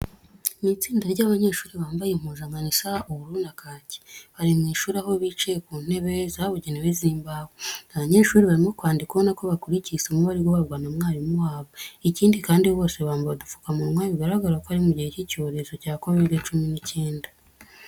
Ni itsinda ry'abanyeshuri bambaye impuzankano isa ubururu na kake, bari mu ishuri aho bicaye ku ntebe zabugenewe z'imbaho. Aba banyeshuri barimo kwandika ubona ko bakurikiye isomo bari guhabwa na mwarimu wabo. Ikindi kandi, bose bambaye udupfukamunwa bigaragara ko ari mu gihe cy'icyorezo cya kovide cumi n'icyenda.